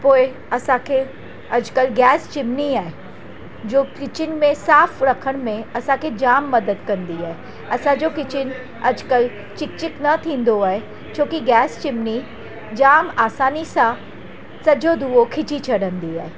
पोइ असांखे अॼुकल्ह गॅस चिमनी आहे जो किचेन में साफ़ु रखण में असांखे जामु मदद कंदी आहे असांजो किचन अॼुकल्ह चिप चिप न थींदो आहे छो की गॅस चिमनी जामु आसानीअ सां सॼो धुंओं खींचे छॾींदी आहे